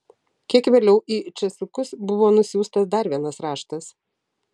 kiek vėliau į česukus buvo nusiųstas dar vienas raštas